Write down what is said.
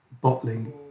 bottling